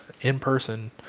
in-person